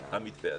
המתווה הזה.